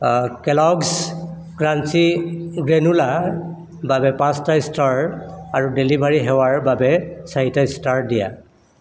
Kellogg's crunchy গ্ৰেনোলাৰ বাবে পাঁচটা ষ্টাৰ আৰু ডেলিভাৰী সেৱাৰ বাবে চাৰিটা ষ্টাৰ দিয়া